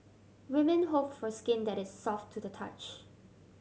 women hope for skin that is soft to the touch